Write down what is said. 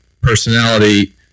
personality